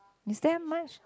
is there much